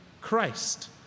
Christ